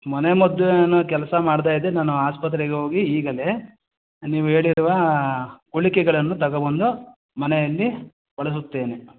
ಮನೆಮದ್ದು ಏನೂ ಕೆಲಸ ಮಾಡ್ದೇ ಇದ್ದರೆ ನಾನು ಆಸ್ಪತ್ರೆಗೆ ಹೋಗಿ ಈಗಲೇ ನೀವು ಹೇಳಿರುವ ಗುಳಿಗೆಗಳನ್ನು ತಗೊಬಂದು ಮನೆಯಲ್ಲಿ ಬಳಸುತ್ತೇನೆ